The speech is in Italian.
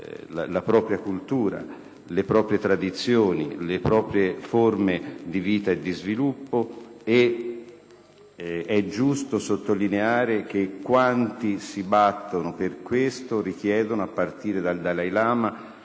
la propria cultura, le proprie tradizioni, le proprie forme di vita e di sviluppo. È giusto altresì sottolineare che quanti si battono a questo fine richiedono, a partire dal Dalai Lama,